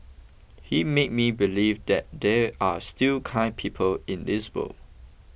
he made me believe that there are still kind people in this world